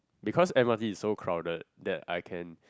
because M_R_T is so crowded that I can